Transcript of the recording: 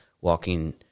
walking